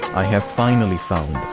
i have finally found.